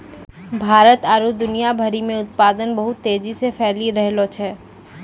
भारत आरु दुनिया भरि मे उत्पादन बहुत तेजी से फैली रैहलो छै